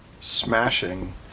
smashing